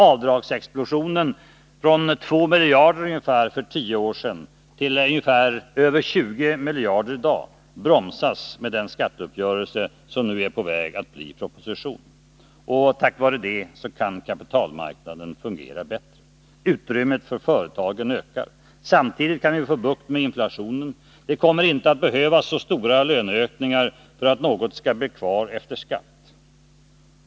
Avdragsexplosionen — från ungefär 2 miljarder för tio år sedan till 20 miljarder och mer i dag — bromsas med den skatteuppgörelse som nu är på väg att presenteras i proposition. Tack vare uppgörelsen kan också kapitalmarknaden fungera bättre. Utrymmet för företagen ökar. Samtidigt kan vi få bukt med inflationen. Det kommer inte att behövas så stora löneökningar för att något skall bli kvar efter skatt.